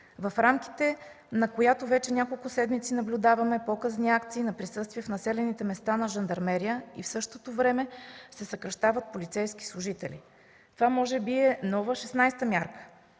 в рамките на която вече няколко седмици наблюдаваме показни акции на присъствие в населените места на жандармерия и в същото време се съкращават полицейски служители. Това може би е нова – 16-а мярка.